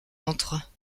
ventre